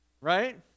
right